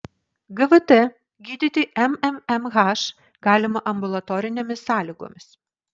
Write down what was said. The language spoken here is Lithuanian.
gvt gydyti mmmh galima ambulatorinėmis sąlygomis